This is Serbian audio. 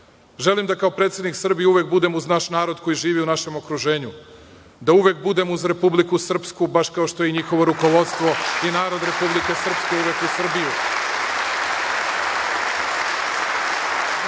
da kao predsednik Srbije uvek budem uz naš narod koji živi u našem okruženju, da uvek budem uz Republiku Srpsku, baš kao što je i njihovo rukovodstvo i narod Republike Srpske uvek uz Srbiju.